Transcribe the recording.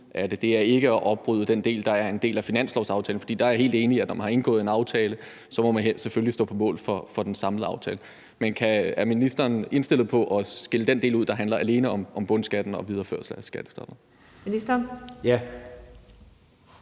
Det er ikke at bryde den del, der er en del af finanslovsaftalen, op, for der er jeg helt enig i, at når man har indgået en aftale, må man selvfølgelig stå på mål for den samlede aftale. Men er ministeren indstillet på at skille den del ud, der alene handler om bundskatten og videreførelse af skattestoppet?